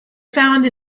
found